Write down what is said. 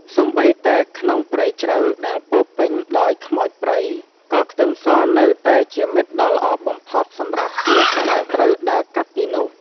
សូម្បីតែក្នុងព្រៃជ្រៅដែលពោរពេញដោយខ្មោចព្រៃក៏ខ្ទឹមសនៅតែជាមិត្តដ៏ល្អបំផុតសម្រាប់អ្នកដែលត្រូវដើរកាត់ទីនោះ។